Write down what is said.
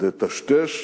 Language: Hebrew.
לטשטש